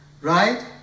right